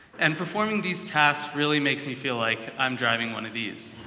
and performing these tasks really makes me feel like i'm driving one of these,